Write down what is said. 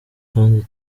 kandi